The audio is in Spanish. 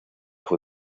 fue